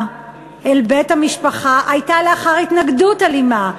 אל בית המשפחה הייתה לאחר התנגדות אלימה,